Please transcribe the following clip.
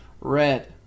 red